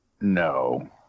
No